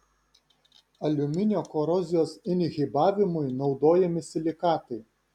aliuminio korozijos inhibavimui naudojami silikatai